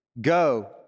go